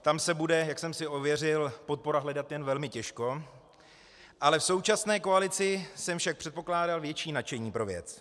Tam se bude, jak jsem si ověřil, podpora hledat jen velmi těžko, ale v současné koalici jsem však předpokládal větší nadšení pro věc.